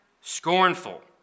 scornful